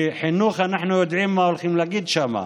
כי חינוך, אנחנו יודעים מה הולכים להגיד שם,